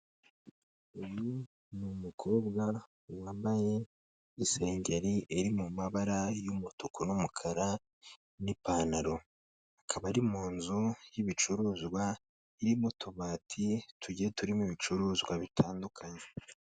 Uyu ni umukobwa wambaye isengeri iri mu mabara y'umutuku n'umukara n'ipantaro, akaba ari mu nzu y'ibicuruzwa, irimo utubati tugiye turimo ibicuruzwa bitandukanye.